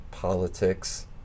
Politics